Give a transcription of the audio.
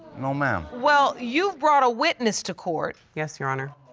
no, ma'am. well, you've brought a witness to court. yes, your honor.